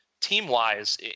team-wise